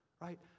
right